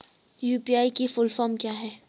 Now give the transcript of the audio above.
UPI की full form क्या है?